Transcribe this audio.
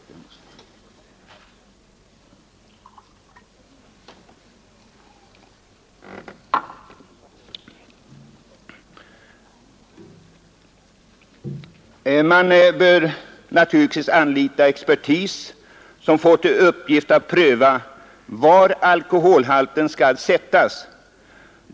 Man bör naturligtvis anlita expertis, som får till uppgift att pröva var gränsen för alkoholhalten skall sättas.